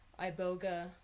iboga